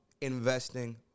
investing